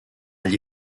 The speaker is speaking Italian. gli